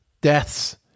deaths